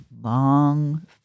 long